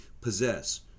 possess